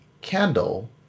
candle